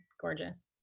gorgeous